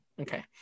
Okay